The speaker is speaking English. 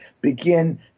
begin